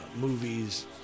movies